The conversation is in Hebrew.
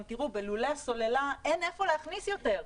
גם תראו, בלולי הסוללה אין איפה להכניס יותר.